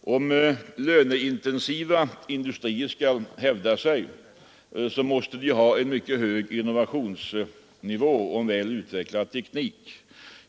Om löneintensiva industrier skall hävda sig måste de ha mycket hög innovationsnivå och väl utvecklad teknik.